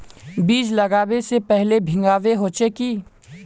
बीज लागबे से पहले भींगावे होचे की?